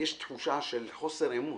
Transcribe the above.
יש תחושה של חוסר אמון.